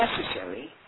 necessary